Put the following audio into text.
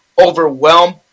overwhelm